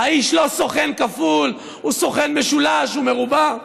האיש לא סוכן כפול, הוא סוכן משולש ומרובע,